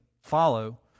follow